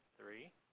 three